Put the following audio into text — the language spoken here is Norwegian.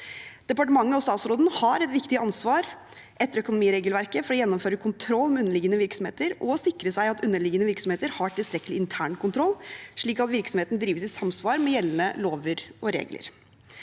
Departementet og statsråden har et viktig ansvar etter økonomiregelverket for å gjennomføre kontroll med underliggende virksomheter og sikre seg at underliggende virksomheter har tilstrekkelig internkontroll, slik at virksomheten drives i samsvar med gjeldende lover og regler.